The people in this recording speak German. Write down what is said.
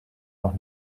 noch